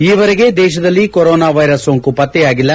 ಈವರೆಗೆ ದೇಶದಲ್ಲಿ coronavirus ಸೋಂಕು ಪತ್ತೆಯಾಗಿಲ್ಲ